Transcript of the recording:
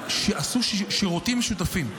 שעשו שירותים משותפים.